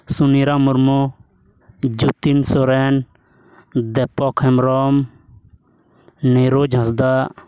Suniram Murmu Jotin Soren Dipok Hembrom Niroj Hansda